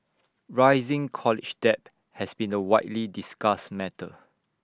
rising college debt has been A widely discussed matter